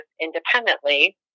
independently